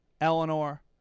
Eleanor